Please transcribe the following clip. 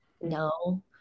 no